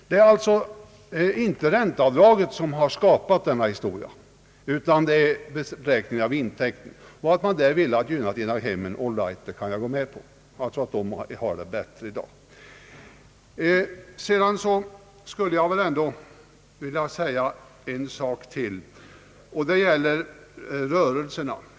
Det är alltså inte ränteavdraget som skapar nuvarande läge, utan beräkningen av intäkterna. Att man där velat gynna egnahemsägarna kan jag väl gå med på. Jag skulle vilja säga en sak till, och det gäller rörelserna.